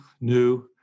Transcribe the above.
new